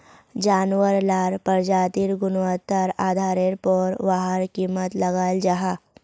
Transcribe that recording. जानवार लार प्रजातिर गुन्वात्तार आधारेर पोर वहार कीमत लगाल जाहा